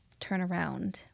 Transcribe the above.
turnaround